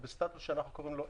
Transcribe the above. הוא בסטטוס של AP,